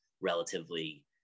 relatively